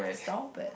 stop it